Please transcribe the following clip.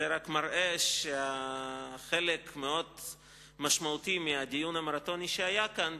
זה רק מראה שחלק מאוד משמעותי מהדיון המרתוני שהיה כאן,